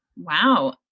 Wow